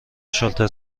شاتل